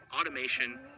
automation